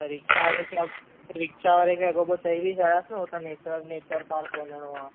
त रिक्शा वारे खे अॻु त रिक्शा वारे खे अॻो पोइ चइ बि छॾा न हुतां नेचर नेचर पार्क वञिणो आहे